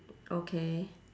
okay